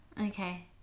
Okay